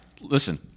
Listen